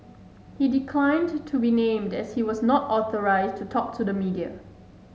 he declined to be named as he was not authorised to talk to the media